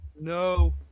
No